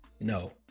No